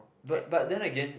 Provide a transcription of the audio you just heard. but but then again